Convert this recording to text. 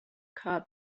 card